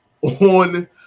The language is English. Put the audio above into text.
on